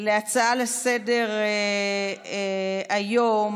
להצעה לסדר-היום